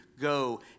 go